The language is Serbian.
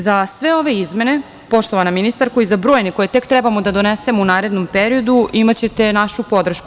Za sve ove izmene, poštovana ministarko, za brojne koje tek trebamo da donesmo u narednom periodu imaćete našu podršku.